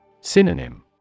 Synonym